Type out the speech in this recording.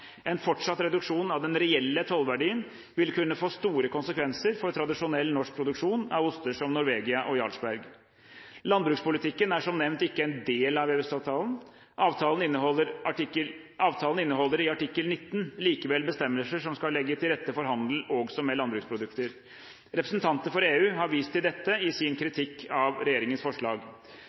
En fortsatt reduksjon av den reelle tollverdien vil kunne få store konsekvenser for tradisjonell norsk produksjon av oster som Norvegia og Jarlsberg. Landbrukspolitikken er som nevnt ikke en del av EØS-avtalen. Avtalen inneholder i artikkel 19 likevel bestemmelser som skal legge til rette for handel også med landbruksprodukter. Representanter for EU har vist til dette i sin kritikk av regjeringens forslag.